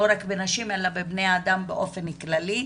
לא רק בנשים אלא בבני אדם באופן כללי,